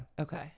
Okay